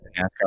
NASCAR